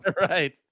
Right